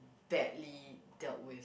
badly dealt with